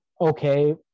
okay